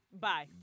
Bye